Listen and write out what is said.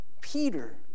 Peter